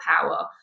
power